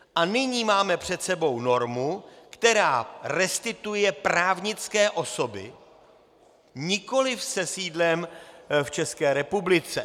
A nyní máme před sebou normu, která restituuje právnické osoby nikoli se sídlem v České republice.